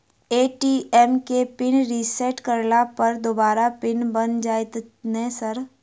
ATM केँ pin reset करला पर दोबारा पिन बन जाइत नै सर?